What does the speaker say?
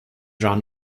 run